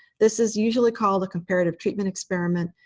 this is usually called a comparative treatment experiment.